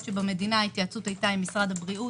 שבמדינה ההתייעצות היתה עם משרד הבריאות.